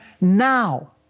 now